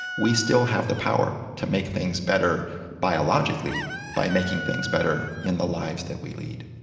we still have the power to make things better biologically by making things better in the lives that we lead.